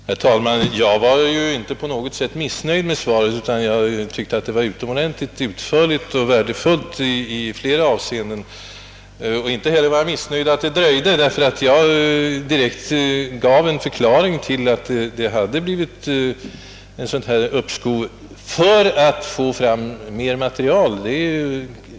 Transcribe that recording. Herr talman! Jag var inte på något sätt missnöjd med svaret utan tyckte att det var utförligt och utomordentligt värdefullt i flera avseenden. Inte heller var jag missnöjd med att svaret dröjde. Jag tillhandahöll själv en viss förklaring till dröjsmålet, när jag sade att uppskovet berodde på att man i departementet sannolikt hade försökt få fram så mycket verkligt nytt material som möjligt.